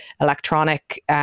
electronic